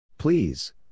Please